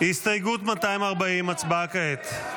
הסתייגות 240. הצבעה כעת.